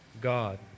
God